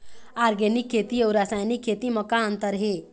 Organic खेती अउ रासायनिक खेती म का अंतर हे?